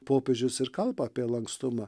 popiežius ir kalba apie lankstumą